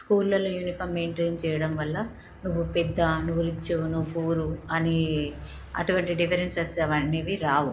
స్కూళ్ళలో uniform maintain చేయడం వల్ల నువ్వు పెద్ద నువ్వు రిచ్ నువ్వు పూర్ అనీ అటువంటి డిఫరెన్సెస్ అవి అన్ని రావు